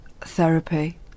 therapy